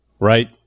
right